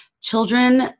children